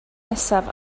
nesaf